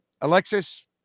Alexis